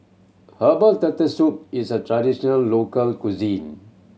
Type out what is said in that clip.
herbals Turtle Soup is a traditional local cuisine